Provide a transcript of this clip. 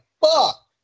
fuck